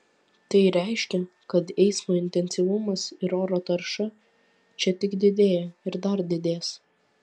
tai reiškia kad eismo intensyvumas ir oro tarša čia tik didėja ir dar didės